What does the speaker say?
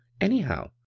anyhow